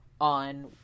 on